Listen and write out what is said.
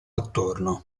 attorno